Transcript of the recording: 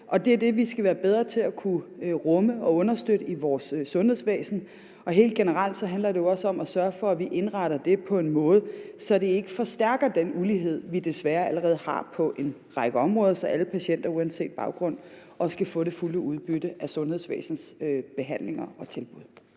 Det er det, vi skal være bedre til at kunne rumme og understøtte i vores sundhedsvæsen. Helt generelt handler det jo også om at sørge for, at vi indretter det på en måde, så det ikke forstærker den ulighed, vi desværre allerede har på en række områder, og så alle patienter uanset baggrund også kan få det fulde udbytte af sundhedsvæsenets behandlinger og tilbud.